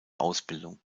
ausbildung